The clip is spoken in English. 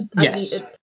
yes